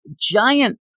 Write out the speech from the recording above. giant